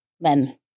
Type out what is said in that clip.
Men